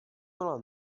byla